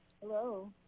Hello